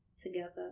together